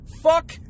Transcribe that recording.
fuck